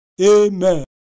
Amen